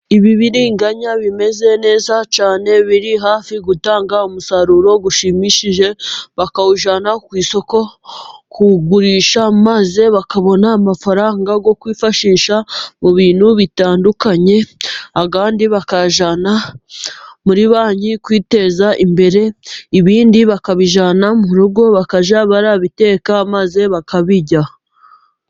Ibibiriganya bimeze neza cyane, biri hafi gutanga umusaruro ushimishije bakawujyana ku isoko kuwugurisha, maze bakabona amafaranga yo kwifashisha mu bintu bitandukanye, ayandi bakayajyana muri banki kwiteza imbere, ibindi bakabijyana mu rugo bakajya babiteka maze bakabirya.